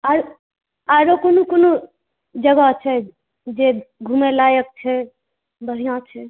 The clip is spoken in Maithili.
आओरो कोन कोन जगह छै जे घूमय लायक छै बढ़िऑं छै